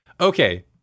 Okay